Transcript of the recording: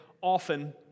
often